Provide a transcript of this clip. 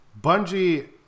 Bungie